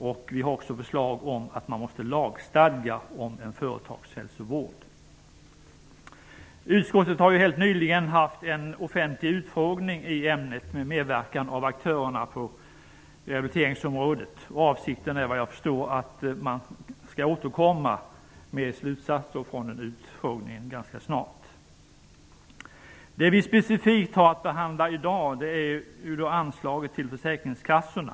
Vi har därför lagt fram förslag om att det är nödvändigt med en lagstadgad företagshälsovård. Utskottet har helt nyligen haft en offentlig utfrågning i ämnet, med medverkan av aktörerna på rehabiliteringsområdet. Avsikten är, såvitt jag förstår, att man ganska snart skall återkomma med slutsatser från denna utfrågning. Det vi specifikt har att behandla i dag är anslaget till försäkringskassorna.